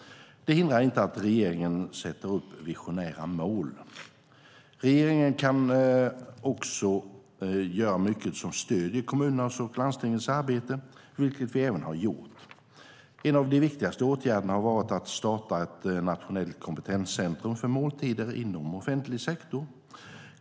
Det hindrar inte att regeringen sätter upp visionära mål. Regeringen kan också göra mycket som stöder kommunernas och landstingens arbete, vilket vi även har gjort. En av de viktigaste åtgärderna har varit att starta ett nationellt kompetenscentrum för måltider inom offentlig sektor.